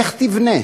איך תבנה?